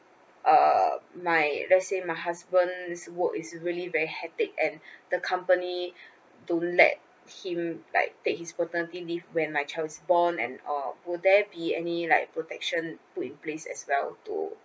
uh my let's say my husband's work is really very hectic and the company don't let him like take his paternity leave when my child is born and or will there be any like protection put in place as well to